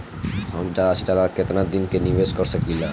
हम ज्यदा से ज्यदा केतना दिन के निवेश कर सकिला?